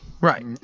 Right